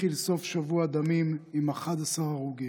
התחיל סוף שבוע דמים עם 11 הרוגים: